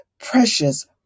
precious